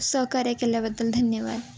सहकार्य केल्याबद्दल धन्यवाद